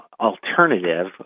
alternative